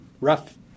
rough